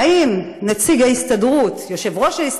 האם נציג ההסתדרות,